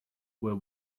were